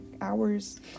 hours